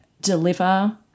deliver